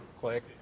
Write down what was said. click